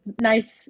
nice